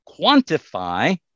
quantify